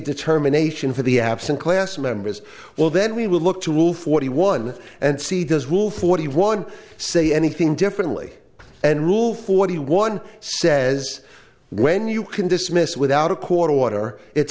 determination for the absent class members well then we will look to all forty one and see those will forty one see anything differently and rule forty one says when you can dismiss without a court order it